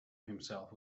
himself